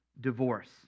divorce